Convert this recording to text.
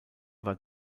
war